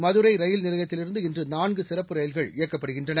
மதுரை ரயில் நிலையத்திலிருந்து இன்று நான்கு சிறப்பு ரயில்கள் இயக்கப்படுகின்றன